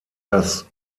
das